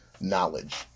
knowledge